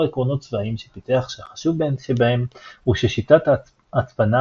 עקרונות צבאיים שפיתח שהחשוב שבהם הוא ששיטת הצפנה